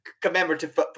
commemorative